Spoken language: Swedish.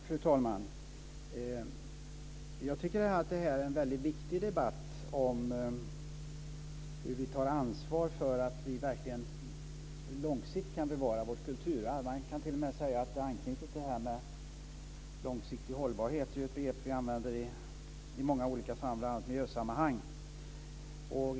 Fru talman! Jag tycker att det här är en väldigt viktig debatt om hur vi tar ansvar så att vi verkligen långsiktigt kan bevara vårt kulturarv. Man kan t.o.m. säga att det anknyter till det här med långsiktig hållbarhet. Det är ju ett begrepp som vi använder i många olika sammanhang, bl.a. miljösammanhang.